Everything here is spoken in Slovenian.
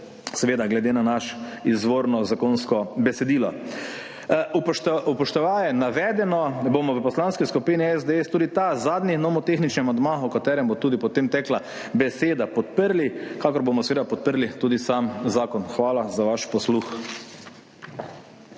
seveda glede na naše izvorno zakonsko besedilo. Upoštevaje navedeno bomo v Poslanski skupini SDS tudi ta zadnji nomotehnični amandma, o katerem bo potem tekla beseda, podprli, kakor bomo podprli tudi sam zakon. Hvala za vaš posluh.